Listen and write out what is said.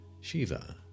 Shiva